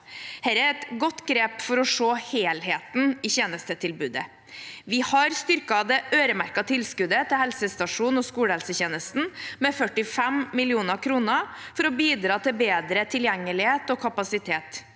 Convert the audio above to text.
Det er et godt grep for å se helheten i tjenestetilbudet. Vi har styrket det øremerkede tilskuddet til helsestasjons- og skolehelsetjenesten med 45 mill. kr for å bidra til bedre tilgjengelighet og bedre kapasitet.